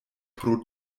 pro